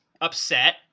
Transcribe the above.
upset